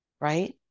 right